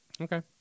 okay